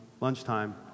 Lunchtime